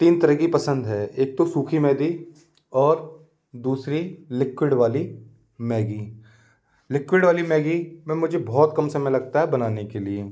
तीन तरह की पसंद है एक तो सूखी मैदी और दूसरी लिक्विड वाली मैगी लिक्विड वाली मैगी में मुझे बहुत कम समय लगता है बनाने के लिए